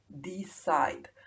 decide